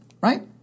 Right